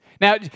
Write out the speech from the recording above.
Now